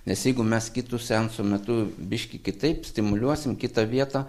nes jeigu mes kitu seanso metu biškį kitaip stimuliuosim kitą vietą